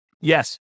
Yes